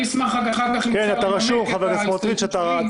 אני אשמח אחר כך לנמק את ההסתייגות שלי.